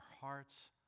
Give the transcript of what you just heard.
hearts